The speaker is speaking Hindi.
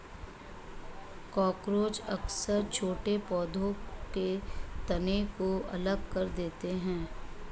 कॉकरोच अक्सर छोटे पौधों के तनों को अलग कर देते हैं